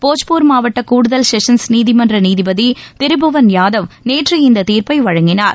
போஜ்பூர் மாவட்ட கூடுதல் செஷன்ஸ் நீதிமன்ற நீதிபதி திரிபுவன் யாதவ் நேற்று இந்தத் தீர்ப்பை வழங்கினார்